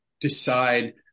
decide